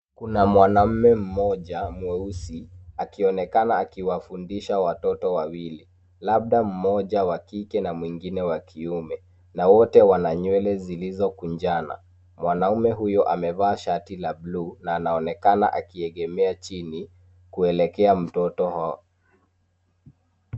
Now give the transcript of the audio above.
Kuna mwanaume mmoja mweusi akionekana akiwafundisha watoto wawili labda mmoja wa kike na mwengine wa kiume. Na wote wana nywele zilizokunjana. Mwanaume huyo amevaa shati la buluu na anaonekana akiegemea chini kuelekea mtoto huyo.